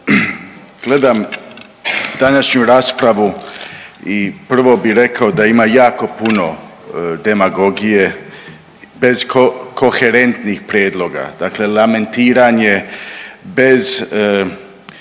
Gledam današnju raspravu i prvo bi rekao da ima jako puno demagogije bez koherentnih prijedloga, dakle lamentiranje bez